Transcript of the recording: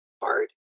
hard